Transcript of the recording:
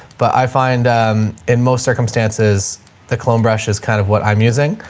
but i find in most circumstances the cologne brush is kind of what i'm using.